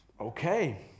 Okay